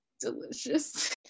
delicious